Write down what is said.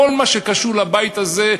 כל מה שקשור לבית הזה,